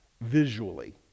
visually